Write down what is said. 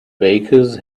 bakers